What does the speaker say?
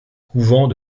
couvent